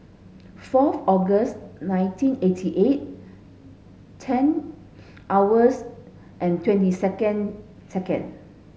fourth August nineteen eighty eight ten hours and twenty second second